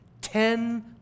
ten